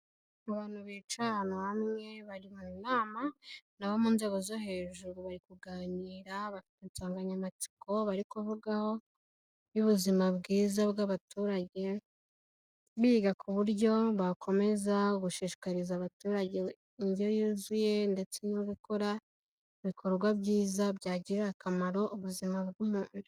Abantu bica ahantu hamwe bari mu nama, ni abo mu nzego zo hejuru, bari kuganira, bafite insanganyamatsiko bari kuvugaho y'ubuzima bwiza bw'abaturage, biga ku buryo bakomeza gushishikariza abaturage indyo yuzuye ndetse no gukora ibikorwa byiza byagirira akamaro ubuzima bw'umubiri.